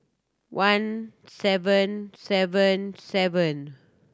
one seven seven seven